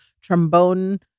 trombone